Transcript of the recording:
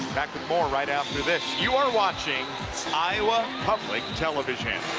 back with more right after this you are watching iowa public television.